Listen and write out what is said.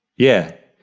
yeah.